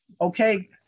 okay